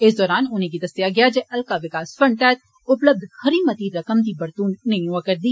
इस दरान उनेंगी दस्सेआ गेआ जे हल्का विकास फंड तैहत उपलब्ध खरी मती रकमें दी बरतून नेइ होआ करदी